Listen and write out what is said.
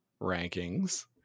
rankings